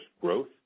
growth